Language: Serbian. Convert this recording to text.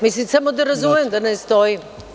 Mislim, samo da razumem, da ne stojim?